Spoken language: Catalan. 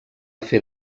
fer